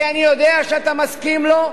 כי אני יודע שאתה מסכים לו,